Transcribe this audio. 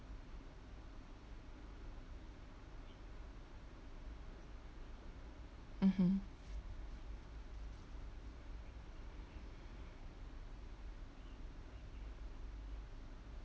mmhmm